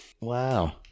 Wow